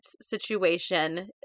situation